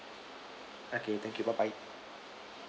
okay thank you bye bye